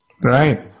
Right